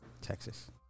texas